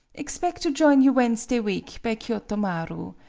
expect to join you wednesday week per kioto marti.